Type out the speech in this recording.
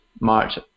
March